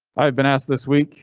i've been asked this week